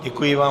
Děkuji vám.